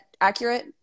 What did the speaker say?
accurate